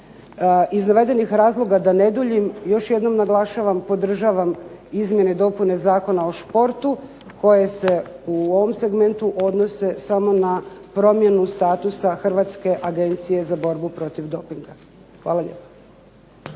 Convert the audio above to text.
Iz navedenih razloga, da ne duljim, još jednom naglašavam, podržavam izmjene i dopune Zakona o športu, koje se u ovom segmentu odnose samo na promjenu statusa Hrvatske agencije za borbu protiv dopinga. Hvala lijepa.